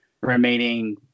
remaining